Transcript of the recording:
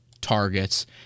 targets